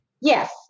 Yes